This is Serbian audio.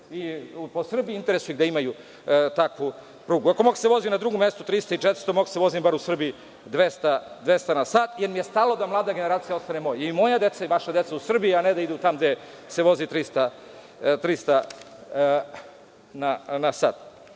po Srbiji. Interesuje ih gde imaju takvu prugu. Ako mogu da se vozim na drugom mestu 300 i 400, mogu se vozim barem u Srbiji 200 na sat, jer mi je stalo da mlada generacija ostane ovde. I moja deca i vaša deca u Srbiji, a ne da idu tamo gde se vozi 300 na sat.